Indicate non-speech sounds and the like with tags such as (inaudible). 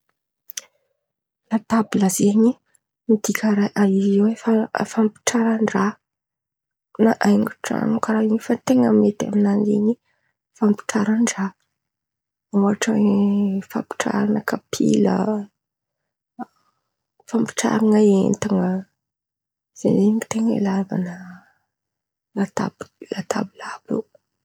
Latabla zen̈y midika raha amin̈'io ao fampitraran-draha, na haingon-tran̈o karàha in̈y fa ny ten̈a mety amin̈any zen̈y fampitraran-draha, ohatra oe (hesitation) fampitraran̈a kapila, fampitraran̈a entan̈a, zen̈y ten̈a ilaivan̈a latab- latabla àby io.